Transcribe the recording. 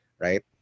right